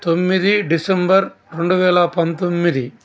తొమ్మిది డిసెంబర్ రెండువేల పంతొమ్మిది